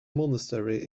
monastery